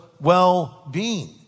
well-being